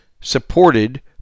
supported